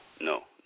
no